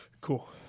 Cool